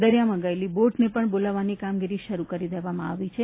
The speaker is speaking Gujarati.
દરિયામાં ગયેલી બોટને પણ બોલાવવાની કામગીરી શરૂ કરી દેવામાં આવી છે